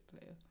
player